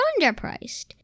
underpriced